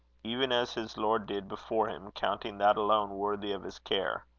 even as his lord did before him, counting that alone worthy of his care.